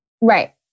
Right